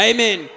Amen